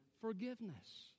forgiveness